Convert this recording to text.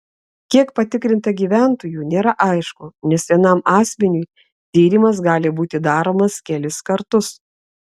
kiek patikrinta gyventojų nėra aišku nes vienam asmeniui tyrimas gali būti daromas kelis kartus